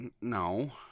no